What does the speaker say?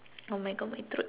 oh my God my throat